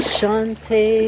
Shante